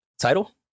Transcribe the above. title